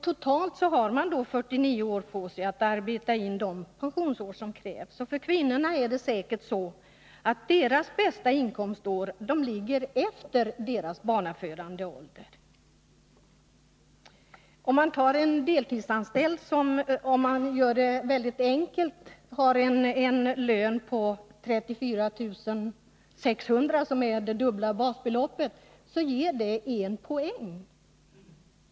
Totalt har man då 49 år på sig att arbeta in de pensionsår som krävs. Kvinnornas bästa inkomstår ligger efter deras barnafödande ålder. Jag kan ta ett enkelt exempel. En deltidsanställd som har en lön på 34 600 kr., vilket är det dubbla basbeloppet, får en poäng.